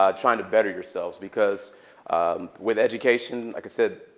ah trying to better yourselves, because with education, like i said,